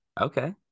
okay